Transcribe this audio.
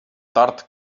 tort